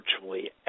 virtually